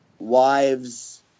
wives